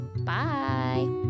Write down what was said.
Bye